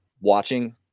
watching